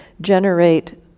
generate